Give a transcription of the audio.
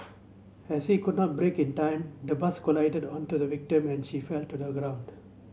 as he could not brake in time the bus collided onto the victim and she fell to the ground